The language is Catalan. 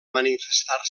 manifestar